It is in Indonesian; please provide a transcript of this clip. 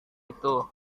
itu